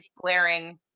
glaring